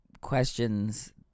Questions